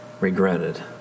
regretted